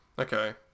Okay